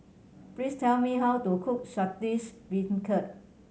please tell me how to cook Saltish Beancurd